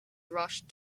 rushed